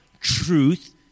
truth